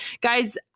Guys